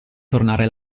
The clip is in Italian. tornare